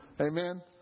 Amen